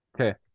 okay